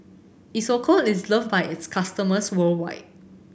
Isocal is loved by its customers worldwide